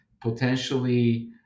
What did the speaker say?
potentially